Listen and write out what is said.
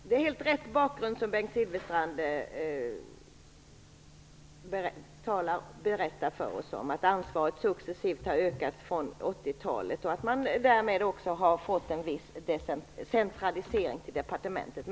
Herr talman! Det är helt rätt som Bengt Silfverstrand sade, att ansvaret successivt har ökat sedan 1980-talet och att man därmed har fått en viss centralisering till departementet.